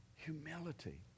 humility